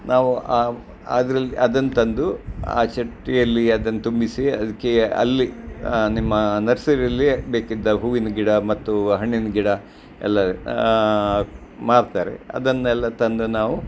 ನಾವು ಆ ಅದ್ರಲ್ಲಿ ಅದನ್ನ ತಂದು ಆ ಚೆಟ್ಟಿಯಲ್ಲಿ ಅದನ್ನ ತುಂಬಿಸಿ ಅದಕ್ಕೆ ಅಲ್ಲಿ ಆ ನಿಮ್ಮ ನರ್ಸರಿಯಲ್ಲಿಯೇ ಬೇಕಿದ್ದ ಹೂವಿನ ಗಿಡ ಮತ್ತು ಹಣ್ಣಿನ ಗಿಡ ಎಲ್ಲ ಮಾರ್ತಾರೆ ಅದನ್ನೆಲ್ಲ ತಂದು ನಾವು